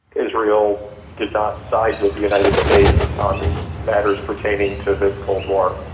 israel did not side with the united states on matters pertaining to the cold war.